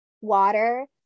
water